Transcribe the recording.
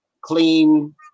clean